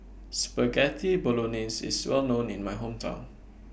Spaghetti Bolognese IS Well known in My Hometown